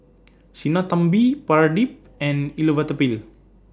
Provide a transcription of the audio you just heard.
Sinnathamby Pradip and Elattuvalapil